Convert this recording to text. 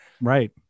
Right